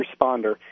responder